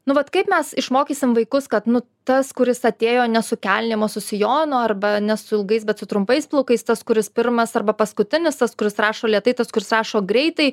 nu vat kaip mes išmokysim vaikus kad nu tas kuris atėjo ne su kelnėm o su sijonu arba ne su ilgais bet su trumpais plaukais tas kuris pirmas arba paskutinis tas kuris rašo lėtai tas kuris rašo greitai